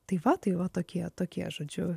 tai va tai va tokie tokie žodžiu